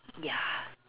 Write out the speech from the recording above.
ya